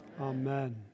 Amen